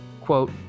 Quote